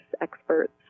experts